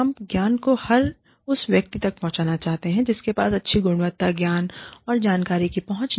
हम ज्ञान को हर उस व्यक्ति तक पहुंचाना चाहते हैं जिनके पास अच्छी गुणवत्ता ज्ञान और जानकारी की पहुंच नहीं है